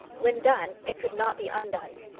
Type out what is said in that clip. when done, it could not be undone!